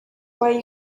why